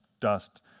dust